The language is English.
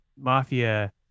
mafia